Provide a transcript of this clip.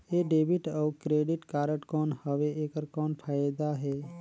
ये डेबिट अउ credit card कौन हवे एकर कौन फाइदा हे?